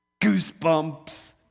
goosebumps